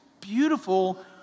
beautiful